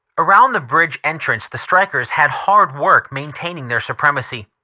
around the bridge entrance the strikers had hard work maintaining their supremacy.